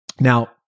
Now